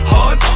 Hard